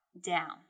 down